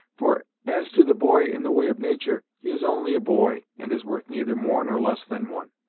for as to the boy in the way of natur', he is only a boy, and is worth neither more nor less than one.